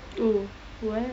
oh what